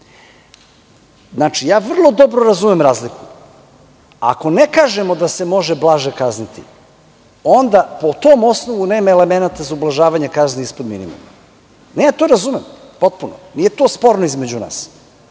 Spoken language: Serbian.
kazniti? Vrlo dobro razumem razliku. Ako ne kažemo da se može blaže kazniti, onda po tom osnovu nema elemenata za ublažavanje kazni ispod minimuma. Ne, to razumem potpuno. Nije to sporno između nas. Vi